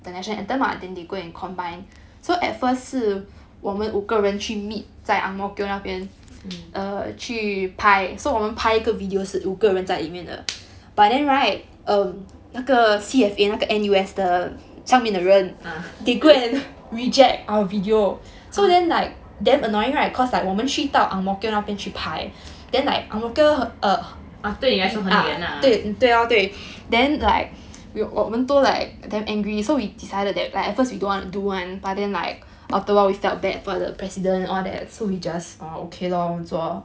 mm ah !huh! 对你来说很远啦